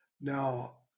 Now